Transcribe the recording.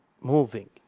moving